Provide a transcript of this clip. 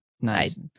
Nice